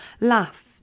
laugh